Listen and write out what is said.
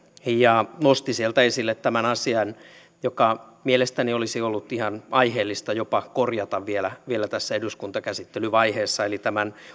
ja nosti sieltä esille tämän asian joka mielestäni olisi ollut ihan aiheellista jopa korjata vielä vielä tässä eduskuntakäsittelyvaiheessa eli tämän